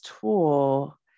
tool